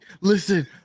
listen